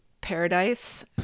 Paradise